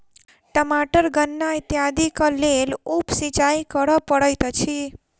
टमाटर गन्ना इत्यादिक लेल उप सिचाई करअ पड़ैत अछि